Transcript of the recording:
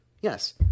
yes